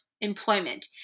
employment